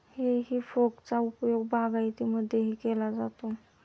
हेई फोकचा उपयोग बागायतीमध्येही केला जातो